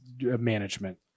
management